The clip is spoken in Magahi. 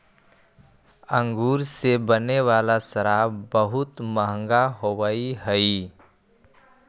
अंगूर से बने वाला शराब बहुत मँहगा होवऽ हइ